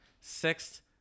Sixth